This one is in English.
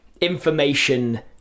information